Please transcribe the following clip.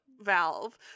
valve